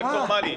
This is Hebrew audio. אקט פורמלי.